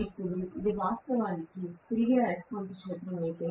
ఇప్పుడు ఇది వాస్తవానికి తిరిగే అయస్కాంత క్షేత్రం అయితే